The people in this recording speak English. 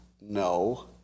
no